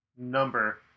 number